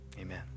amen